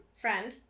Friend